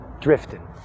drifting